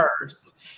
first